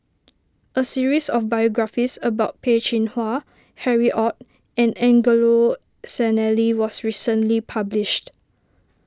a series of biographies about Peh Chin Hua Harry Ord and Angelo Sanelli was recently published